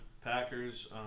Packers –